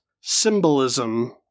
symbolism